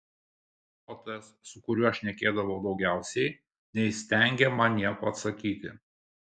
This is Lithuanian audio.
o tas su kuriuo šnekėdavau daugiausiai neįstengė man nieko atsakyti